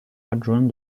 adjoint